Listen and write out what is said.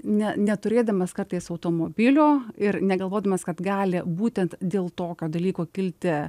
ne neturėdamas kartais automobilio ir negalvodamas kad gali būtent dėl tokio dalyko kilti